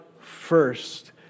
first